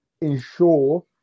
ensure